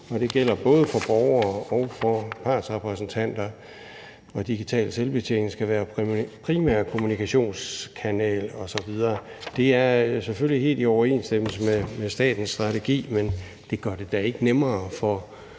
og det gælder både for borgere og for partsrepræsentanter, at den digitale selvbetjening skal være den primære kommunikationskanal osv. Det er selvfølgelig helt i overensstemmelse med statens strategi, men det gør det da ikke nemmere for